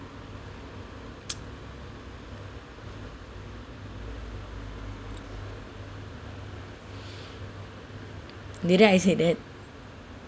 didn't I said that